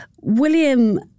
William